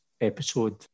episode